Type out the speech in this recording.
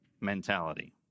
mentality